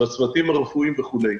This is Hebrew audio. הצוותים הרפואיים וכולי.